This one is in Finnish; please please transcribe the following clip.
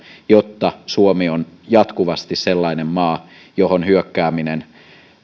jotta suomi on jatkuvasti sellainen maa johon hyökkääminen